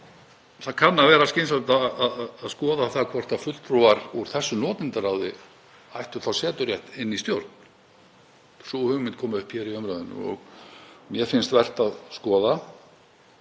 Það kann að vera skynsamlegt að skoða hvort fulltrúar úr þessu notendaráði ættu seturétt í stjórn. Sú hugmynd kom upp í umræðunni og mér finnst vert að skoða